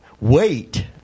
wait